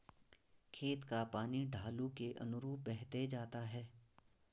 खेत का पानी ढालू के अनुरूप बहते जाता है